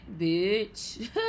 bitch